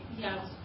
Yes